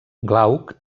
glauc